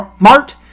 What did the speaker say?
Mart